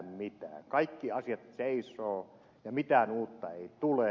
kaikki asiat seisovat ja mitään uutta ei tule